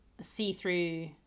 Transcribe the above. see-through